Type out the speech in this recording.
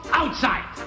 outside